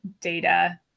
data